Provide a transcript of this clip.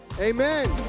amen